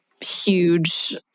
huge